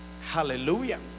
hallelujah